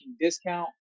discount